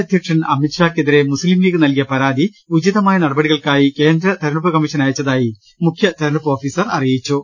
അധ്യക്ഷൻ അമിത്ഷായ്ക്കെതിരെ മുസ്ലിം ലീഗ് നൽകിയ പരാതി ഉചിതമായ നടപടികൾക്കായി കേന്ദ്ര തിരഞ്ഞെടുപ്പ് കമ്മിഷന് അയച്ചതായി മുഖ്യ തിരഞ്ഞെടുപ്പ് ഓഫീസർ അറിയിച്ചു